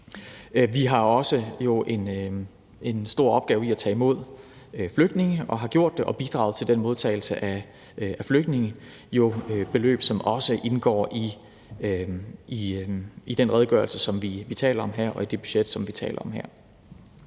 Vi har jo også en stor opgave med at tage imod flygtninge, og det har vi gjort. Og vi har bidraget til modtagelse af flygtninge. Det er beløb, som også indgår i den redegørelse og i det budget, vi taler om her.